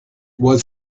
was